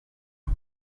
vad